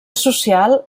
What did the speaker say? social